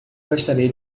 gostaria